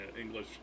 English